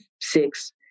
six